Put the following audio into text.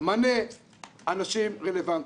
מנה אנשים רלוונטיים.